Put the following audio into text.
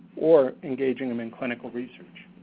or engaging them in clinical research.